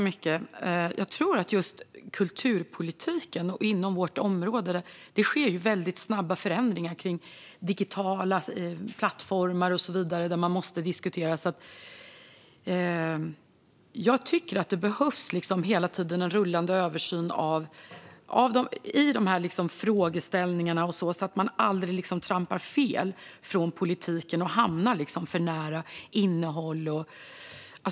Fru talman! Inom vårt område, kulturpolitiken, sker det väldigt snabba förändringar med digitala plattformar och så vidare, och man måste diskutera. Jag tycker att det hela tiden behövs en rullande översyn av de här frågeställningarna, så att man aldrig trampar fel från politiken och hamnar för nära innehållet.